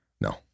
No